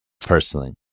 personally